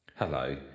Hello